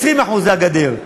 20% בשל הגדר.